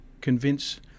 convince